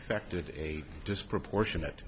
affected a disproportionate